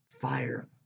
fire